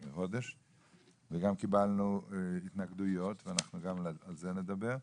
וגם קיבלנו התנגדויות וגם על זה אנחנו נדבר,